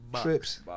trips